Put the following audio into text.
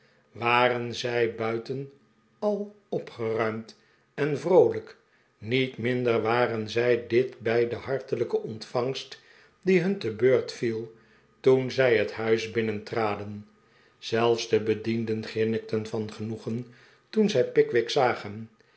waren zij buiten a opgeruimd en vroolijk niet minder waren zij dit bij de hartelijke ontvangst die hun te beurt viel toen zij het huis binnentraden zelfs de bedienden grinnikten van genoegen toen zij pickwick zagen